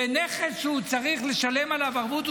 לנכס שהוא צריך לשלם עליו ערבות,